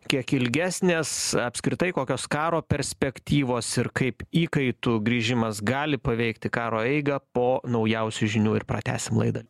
kiek ilgesnės apskritai kokios karo perspektyvos ir kaip įkaitų grįžimas gali paveikti karo eigą po naujausių žinių ir pratęsim laidą